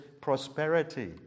prosperity